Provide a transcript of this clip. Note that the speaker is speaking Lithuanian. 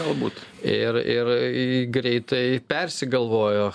galbūt ir ir greitai persigalvojo